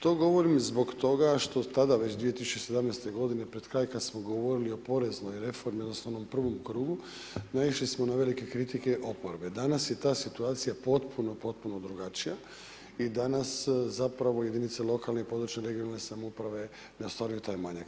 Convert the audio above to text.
To govorim zbog toga što tada već 2017. godine pred kraj kada smo govorili o poreznoj reformi odnosno onom prvom krugu, naišli smo na velike kritike oporbe, danas je ta situacija potpuno, potpuno drugačija i danas zapravo jedinice lokalne i područne regionalne samouprave ne ostvaruju taj manjak.